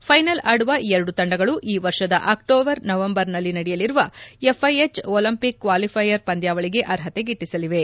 final ಆಡುವ ಎರಡು ತಂಡಗಳು ಈ ವರ್ಷದ ಅಕ್ಲೋಬರ್ ನವೆಂಬರ್ನಲ್ಲಿ ನಡೆಯಲಿರುವ ಎಫ್ಐಎಚ್ ಒಲಿಂಪಿಕ್ ಕ್ವಾಲಿಫೈಯರ್ ಪಂದ್ಯಾವಳಿಗೆ ಅರ್ಹತೆ ಗಿಟ್ಟಸಲಿವೆ